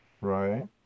Right